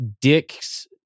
Dick's